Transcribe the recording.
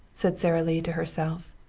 said sara lee to herself.